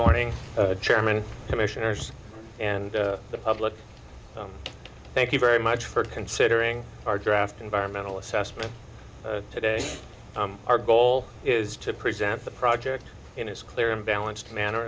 morning chairman commissioners and the public thank you very much for considering our draft environmental assessment today our goal is to present the project in as clear and balanced manner